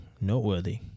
noteworthy